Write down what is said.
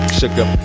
sugar